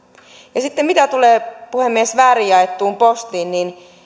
ja mitä tulee puhemies väärin jaettuun postiin niin